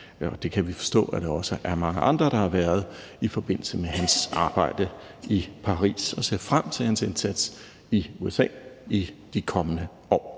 det kan vi forstå at der også er mange andre der har været, i forbindelse med hans arbejde i Paris, og vi ser frem til hans indsats i USA i de kommende år.